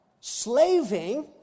slaving